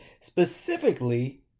specifically